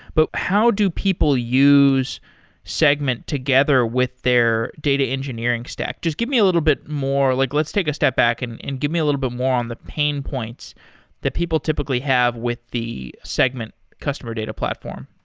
but how do people use segment together with their data engineering stack? just give me a little bit more. like let's take a step back and and give me a little bit more on the pain points that people typically have with the segment customer data platform.